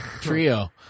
trio